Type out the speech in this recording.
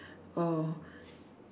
or